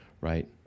right